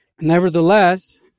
Nevertheless